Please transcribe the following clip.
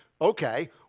Okay